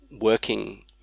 working